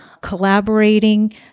collaborating